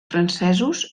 francesos